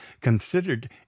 considered